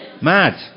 Mad